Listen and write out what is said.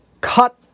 cut